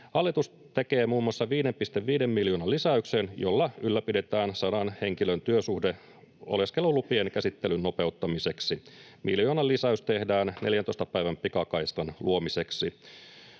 Hallitus tekee muun muassa 5,5 miljoonan lisäyksen, jolla ylläpidetään 100 henkilön työsuhde oleskelulupien käsittelyn nopeuttamiseksi. Miljoonan lisäys tehdään 14 päivän pikakaistan luomiseksi.